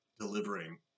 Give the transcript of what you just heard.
delivering